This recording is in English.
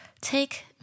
take